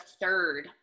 third